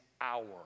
hour